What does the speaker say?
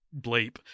bleep